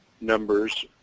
numbers